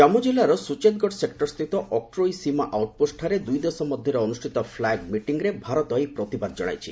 ଜାମ୍ମୁ ଜିଲ୍ଲାର ସୁଚେତ୍ଗଡ଼ ସେକ୍ଟର ସ୍ଥିତ ଅକ୍କୋଇ ସୀମା ଆଉଟ୍ପୋଷ୍ଟଠାରେ ଦୁଇ ଦେଶ ମଧ୍ୟରେ ଅନୁଷ୍ଠିତ ଫ୍ଲାଗ୍ ମିଟିଂରେ ଭାରତ ଏହି ପ୍ରତିବାଦ ଜଣାଇଛି